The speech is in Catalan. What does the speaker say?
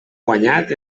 guanyat